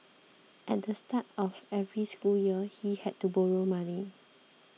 at the start of every school year he had to borrow money